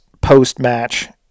post-match